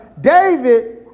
David